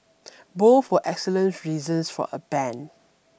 both for excellent reasons for a ban